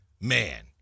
Man